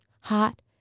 hot